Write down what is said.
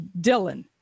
Dylan